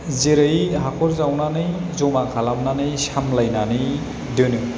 जेरै हाखर जावनानै जमा खालामनानै सामलायनानै दोनो